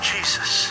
Jesus